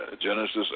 Genesis